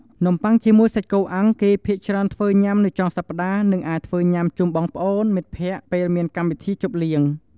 នំប័ុងជាមួយសាច់គោអាំងគេច្រើនធ្វើញុាំនៅចុងសប្ដាហ៍និងអាចធ្វើញុាំជុំបងប្អូន មិត្តភក្តិពេលមានកម្មវិធីជប់លៀង។